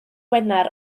gwener